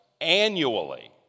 annually